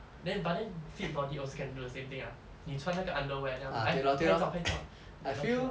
then but then fit body also can do the same thing ah 你穿那个 underwear then 他们来拍照拍照 then okay liao